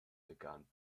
begann